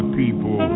people